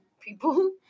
people